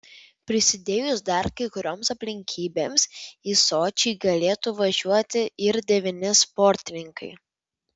prisidėjus dar kai kurioms aplinkybėms į sočį galėtų važiuoti ir devyni sportininkai